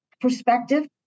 perspective